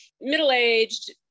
middle-aged